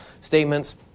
statements